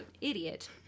idiot